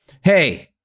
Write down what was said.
Hey